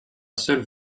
seul